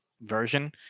version